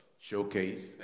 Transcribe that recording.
Showcase